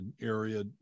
area